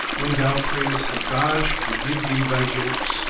when thou prayest that god should forgive thee thy guilts,